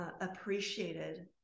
appreciated